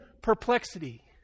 perplexity